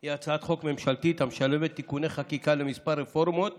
היא הצעת חוק ממשלתית המשלבת תיקוני חקיקה לכמה רפורמות